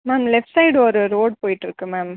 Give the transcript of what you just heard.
ma'am left side ஒரு road போய்ட்டு இருக்குது மேம்